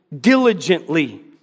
diligently